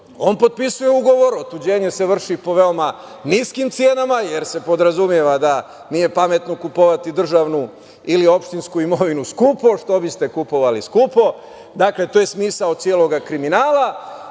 on potpisuje ugovor. Otuđenje se vrši po veoma niskim cenama jer se podrazumeva da nije pametno kupovati državnu ili opštinsku imovinu skupo, što biste kupovali skupo, dakle, to je smisao celog kriminala